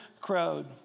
crowed